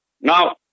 Now